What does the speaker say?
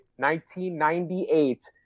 1998